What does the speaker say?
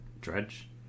Dredge